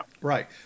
right